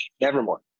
Nevermore